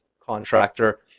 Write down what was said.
contractor